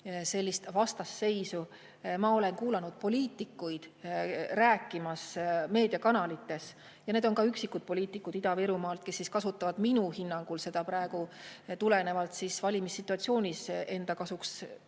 sellist vastasseisu. Ma olen kuulnud poliitikuid rääkimas meediakanalites ja need on üksikud poliitikud Ida-Virumaalt, kes kasutavad minu hinnangul praegu tulenevalt valimissituatsioonist enda kasuks